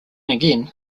again